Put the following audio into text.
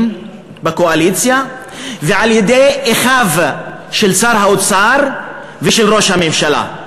בקואליציה ועל-ידי אחיו של שר האוצר ושל ראש הממשלה: